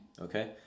Okay